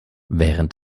während